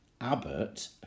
Abbott